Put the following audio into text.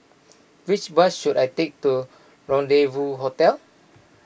which bus should I take to Rendezvous Hotel